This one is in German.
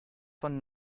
von